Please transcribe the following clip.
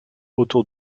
autour